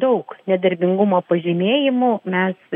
daug nedarbingumo pažymėjimų mes